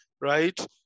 right